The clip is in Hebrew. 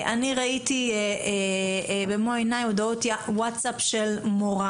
אני ראיתי במו עיניי הודעות וואטסאפ של מורה